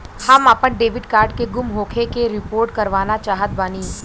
हम आपन debit card के गुम होखे के रिपोर्ट करवाना चाहत बानी